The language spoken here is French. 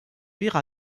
vire